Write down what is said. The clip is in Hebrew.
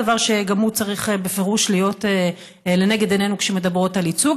דבר שגם הוא צריך בפירוש להיות לנגד עינינו כשמדברות על ייצוג,